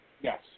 Yes